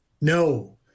No